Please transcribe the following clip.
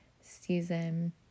season